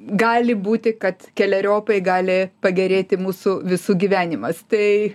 gali būti kad keleriopai gali pagerėti mūsų visų gyvenimas tai